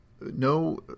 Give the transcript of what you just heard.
No